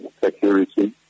security